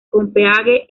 copenhague